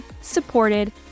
supported